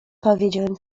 powiedziałem